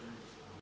Hvala.